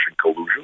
collusion